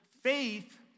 faith